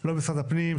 לא משרד הפנים,